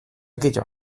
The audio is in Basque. kito